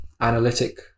analytic